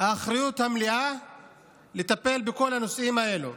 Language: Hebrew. האחריות המלאה לטפל בכל הנושאים האלה.